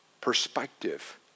perspective